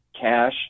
cash